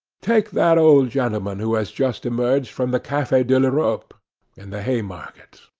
take that old gentleman who has just emerged from the cafe de l'europe in the haymarket,